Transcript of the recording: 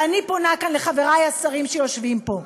ואני פונה כאן לחברי השרים שיושבים פה,